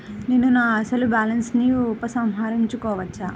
నేను నా అసలు బాలన్స్ ని ఉపసంహరించుకోవచ్చా?